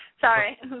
Sorry